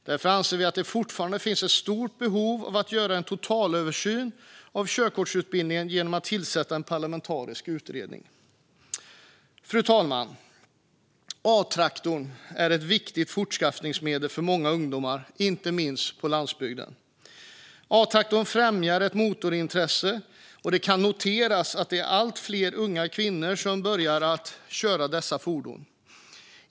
Därför anser vi att det fortfarande finns ett stort behov av att göra en totalöversyn av körkortsutbildningen genom att tillsätta en parlamentarisk utredning. Fru talman! A-traktorn är ett viktigt fortskaffningsmedel för många ungdomar, inte minst på landsbygden. A-traktorn främjar ett motorintresse, och det kan noteras att allt fler unga kvinnor börjar köra dessa fordon.